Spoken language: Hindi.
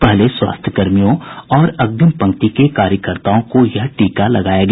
पहले स्वास्थ्य कर्मियों और अग्निम पंक्ति के कार्यकर्ताओं को यह टीका लगाया गया